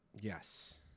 Yes